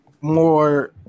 more